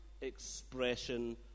expression